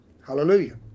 Hallelujah